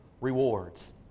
rewards